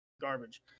garbage